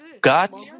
God